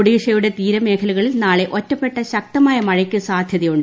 ഒഡീഷയുടെ തീരമേഖലകളിൽ നാളെ ഒറ്റപ്പെട്ട ശക്തമായ മഴക്ക് സാധ്യതയുണ്ട്